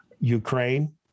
Ukraine